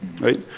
right